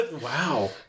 wow